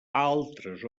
altres